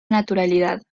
naturalidad